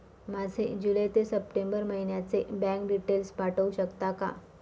माझे जुलै ते सप्टेंबर महिन्याचे बँक डिटेल्स पाठवू शकता का?